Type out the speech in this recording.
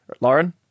Lauren